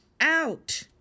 out